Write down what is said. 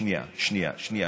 שנייה, שנייה.